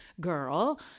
girl